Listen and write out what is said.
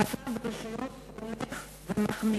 המצב ברשויות הולך ומחמיר.